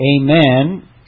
Amen